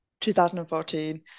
2014